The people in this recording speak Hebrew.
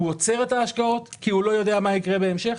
הוא עוצר את ההשקעות כי הוא לא יודע מה יקרה בהמשך?